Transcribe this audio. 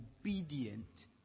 obedient